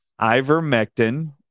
ivermectin